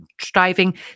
striving